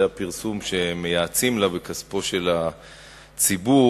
הפרסום שמייעצים לה בכספו של הציבור,